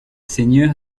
seigneur